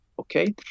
okay